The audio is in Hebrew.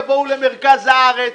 יבואו למרכז הארץ,